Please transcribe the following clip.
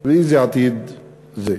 ואיזה עתיד זה.